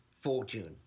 fortune